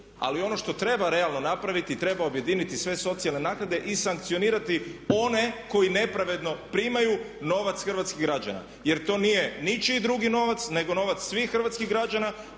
Ali ono što treba realno napraviti, treba objediniti sve socijalne naknade i sankcionirati one koji nepravedno primaju novac hrvatskih građana jer to nije ničiji drugi novac nego novac svih hrvatskih građana